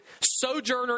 sojourner